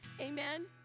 amen